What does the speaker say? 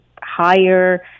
higher